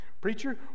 preacher